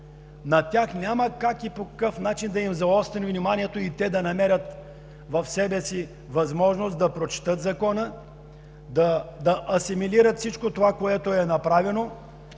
На тях няма как и по какъв начин да им заострим вниманието и те да намерят в себе си възможност да прочетат Закона, да асимилират всичко това, което е направено,